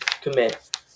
commit